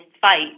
fight